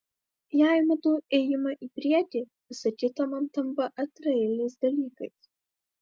jei matau ėjimą į priekį visa kita man tampa antraeiliais dalykais